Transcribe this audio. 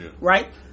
Right